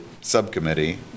subcommittee